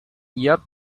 youth